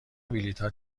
بلیتها